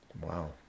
wow